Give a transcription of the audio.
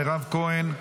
מירב כהן,